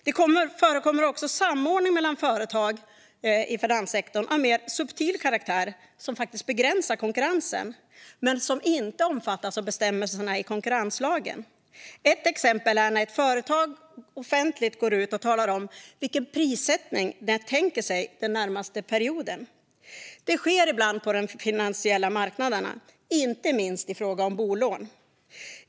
Det förekommer också samordning mellan företag i finanssektorn av mer subtil karaktär, som faktiskt begränsar konkurrensen men som inte omfattas av bestämmelserna i konkurrenslagen. Ett exempel är när ett företag offentligt går ut och talar om vilken prissättning det tänker sig den närmaste perioden. Det sker ibland på de finansiella marknaderna, inte minst i fråga om bolån.